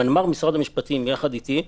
מנמ"ר משרד המשפטים יחד איתי.